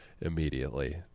immediately